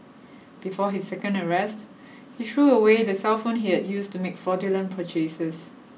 before his second arrest he threw away the cellphone he had used to make fraudulent purchases